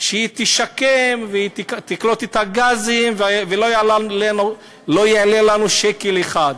שהיא תשקם ותקלוט את הגזים, ולא יעלה לנו שקל אחד,